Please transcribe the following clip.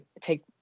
take